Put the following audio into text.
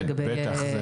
בטח.